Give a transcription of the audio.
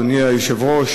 אדוני היושב-ראש,